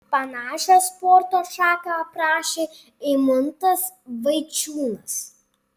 panašią sporto šaką aprašė eimuntas vaičiūnas